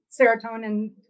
serotonin